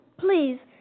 please